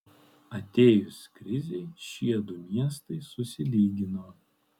atėjus krizei šie du miestai susilygino